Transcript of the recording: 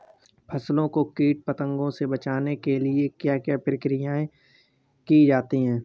फसलों को कीट पतंगों से बचाने के लिए क्या क्या प्रकिर्या की जाती है?